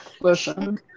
listen